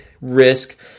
risk